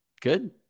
Good